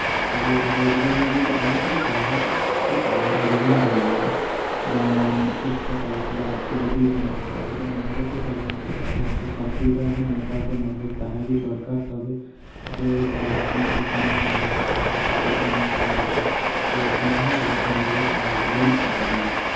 ᱨᱳᱡᱽᱜᱟᱨ ᱞᱟᱹᱜᱤᱫ ᱟᱵᱚ ᱥᱩᱫᱷᱩ ᱯᱟᱲᱦᱟᱜ ᱜᱮ ᱯᱟᱲᱦᱟᱜ ᱨᱮᱜᱮᱵᱚᱱ ᱫᱷᱮᱭᱟᱱ ᱫᱟ ᱡᱮᱢᱚᱱ ᱮᱠᱥᱴᱨᱟ ᱠᱮᱨᱤᱠᱩᱞᱟᱨ ᱮᱠᱴᱤᱵᱷᱤᱴᱤᱥ ᱢᱮᱱᱟᱜ ᱟᱠᱟᱫᱟ ᱟᱵᱚᱫᱚ ᱚᱱᱟ ᱠᱚᱫᱚ ᱪᱮᱫ ᱦᱚᱸ ᱵᱟᱵᱚ ᱪᱮᱫ ᱫᱟ ᱡᱟᱦᱟᱸᱠᱚ ᱠᱚᱢᱯᱤᱭᱩᱴᱟᱨ ᱨᱮᱱᱟᱜ ᱱᱮᱛᱟᱨ ᱫᱚ ᱱᱚᱞᱮᱡᱽ ᱛᱟᱦᱮᱸᱜᱮ ᱫᱚᱨᱠᱟᱨ ᱛᱚᱵᱮᱜᱮ ᱡᱮ ᱵᱷᱟᱜᱤ ᱢᱚᱛᱚ ᱠᱟᱹᱢᱤ ᱧᱟᱢᱟ ᱵᱟ ᱴᱟᱠᱟ ᱯᱚᱭᱥᱟᱢ ᱤᱱᱠᱟᱢ ᱫᱟᱲᱮᱭᱟᱜᱟᱢ ᱛᱚ ᱚᱱᱟᱦᱚᱸ ᱟᱵᱚᱴᱷᱮᱱ ᱫᱚ ᱵᱟᱹᱱᱩᱜ ᱟᱠᱟᱫ ᱛᱟᱵᱚᱱᱟ